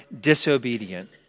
disobedient